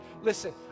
listen